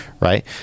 right